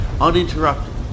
uninterrupted